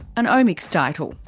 an omics title.